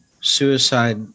Suicide